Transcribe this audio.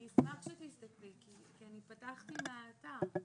אני אשמח שתסתכלי כי אני פתחתי מהאתר.